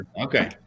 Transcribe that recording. Okay